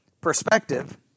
perspective